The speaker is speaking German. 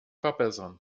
verbessern